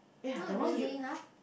not really !huh!